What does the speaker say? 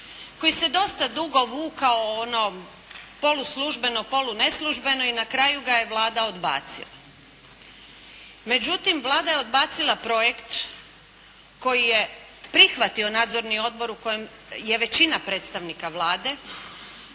koji se dosta dugo vukao ono poluslužbeno, poluneslužbeno i na kraju ga je Vlada odbacila. Međutim, Vlada je odbacila projekt koji je prihvatio nadzorni odbor u kojem je većina predstavnika Vlade.